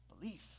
belief